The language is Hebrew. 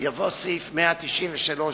יבוא סעיף 193ב,